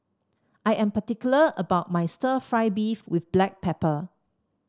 I am particular about my stir fry beef with Black Pepper